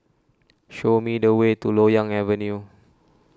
show me the way to Loyang Avenue